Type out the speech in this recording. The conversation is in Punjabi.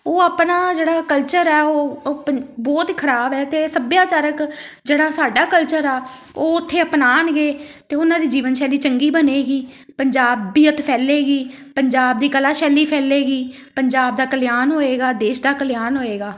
ਉਹ ਆਪਣਾ ਜਿਹੜਾ ਕਲਚਰ ਆ ਉਹ ਪੰ ਉਹ ਬਹੁਤ ਹੀ ਖ਼ਰਾਬ ਹੈ ਅਤੇ ਸੱਭਿਆਚਾਰਕ ਜਿਹੜਾ ਸਾਡਾ ਕਲਚਰ ਆ ਉਹ ਉਥੇ ਅਪਣਾਣਗੇ ਅਤੇ ਉਹਨਾਂ ਦੀ ਜੀਵਨ ਸ਼ੈਲੀ ਚੰਗੀ ਬਣੇਗੀ ਪੰਜਾਬੀਅਤ ਫੈਲੇਗੀ ਪੰਜਾਬ ਦੀ ਕਲਾ ਸ਼ੈਲੀ ਫੈਲੇਗੀ ਪੰਜਾਬ ਦਾ ਕਲਿਆਣ ਹੋਏਗਾ ਦੇਸ਼ ਦਾ ਕਲਿਆਣ ਹੋਏਗਾ